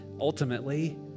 ultimately